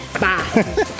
Bye